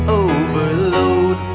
overload